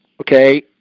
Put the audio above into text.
okay